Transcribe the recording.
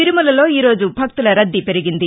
తిరుమలలో ఈరోజు భక్తుల రద్దీ పెరిగింది